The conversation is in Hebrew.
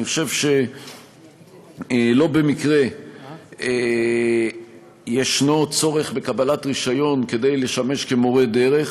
אני חושב שלא במקרה יש צורך בקבלת רישיון כדי לשמש מורה דרך.